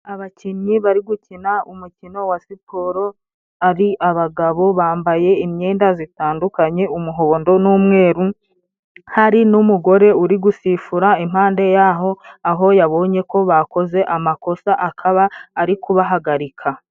abakinnyi bari gukina umukino wa siporo ari abagabo bambaye imyenda zitandukanye umuhondo n'umweru hari n'umugore uri gusifura impande yaho aho yabonye ko bakoze amakosa akaba ari kubahagarika